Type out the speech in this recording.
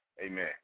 Amen